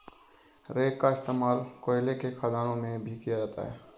rake का इश्तेमाल कोयले के खदानों में भी किया जाता है